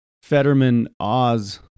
Fetterman-Oz